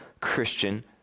Christian